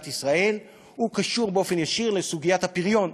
ישראל קשור ישירות לסוגיית הפריון.